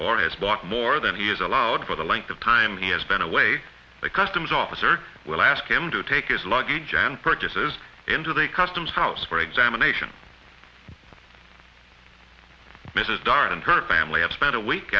or has bought more than he is allowed for the length of time he has been away the customs officer will ask him to take his luggage and purchases into the customs house for examination mrs dyer and her family have spent a week